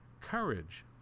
Courage